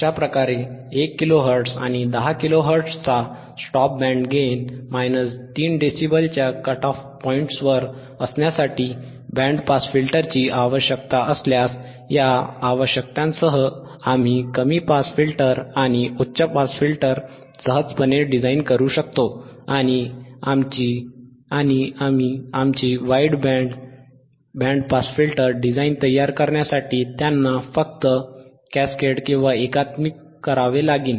अशा प्रकारे 1 किलोहर्ट्झ आणि 10 किलोहर्ट्झचा स्टॉप बँड गेन 3dBच्या कट ऑफ पॉइंट्सवर असण्यासाठी बँड स्टॉप फिल्टरची आवश्यकता असल्यास या आवश्यकतांसह आम्ही कमी पास फिल्टर आणि उच्च पास फिल्टर सहजपणे डिझाइन करू शकतो आणि आमची wide band band pass filter design तयार करण्यासाठी त्यांना फक्त कॅस्केड एकात्मिक करावे लागीन